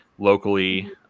locally